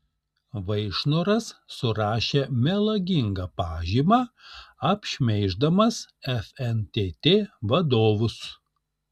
vaišnoras surašė melagingą pažymą apšmeiždamas fntt vadovus